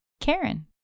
Karen